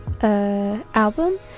album